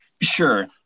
Sure